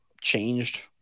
changed